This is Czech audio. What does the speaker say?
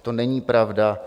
To není pravda.